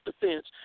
defense